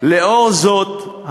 לאור זאת,